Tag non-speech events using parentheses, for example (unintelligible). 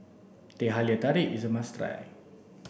Teh Halia Tarik is a must (unintelligible)